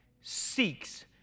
seeks